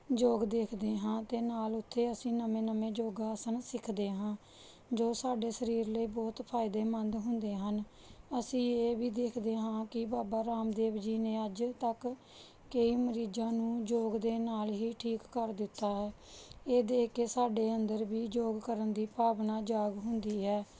ਯੋਗ ਦੇਖਦੇ ਹਾਂ ਅਤੇ ਨਾਲ ਉੱਥੇ ਅਸੀਂ ਨਵੇਂ ਨਵੇਂ ਯੋਗਾ ਆਸਣ ਸਿੱਖਦੇ ਹਾਂ ਜੋ ਸਾਡੇ ਸਰੀਰ ਲਈ ਬਹੁਤ ਫਾਇਦੇਮੰਦ ਹੁੰਦੇ ਹਨ ਅਸੀਂ ਇਹ ਵੀ ਦੇਖਦੇ ਹਾਂ ਕਿ ਬਾਬਾ ਰਾਮਦੇਵ ਜੀ ਨੇ ਅੱਜ ਤੱਕ ਕਈ ਮਰੀਜ਼ਾਂ ਨੂੰ ਯੋਗ ਦੇ ਨਾਲ ਹੀ ਠੀਕ ਕਰ ਦਿੱਤਾ ਹੈ ਇਹ ਦੇਖ ਕੇ ਸਾਡੇ ਅੰਦਰ ਵੀ ਯੋਗ ਕਰਨ ਦੀ ਭਾਵਨਾ ਜਾਗ ਹੁੰਦੀ ਹੈ